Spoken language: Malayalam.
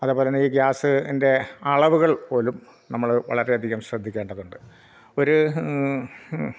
അതേപോലെ തന്നെ ഈ ഗ്യാസിൻ്റെ അളവുകൾ പോലും നമ്മൾ വളരെയധികം ശ്രദ്ധിക്കേണ്ടതുണ്ട് ഒരു